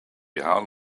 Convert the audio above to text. hull